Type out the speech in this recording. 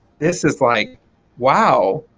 this is like wow.